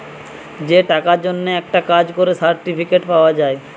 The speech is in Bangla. যে টাকার জন্যে একটা করে সার্টিফিকেট পাওয়া যায়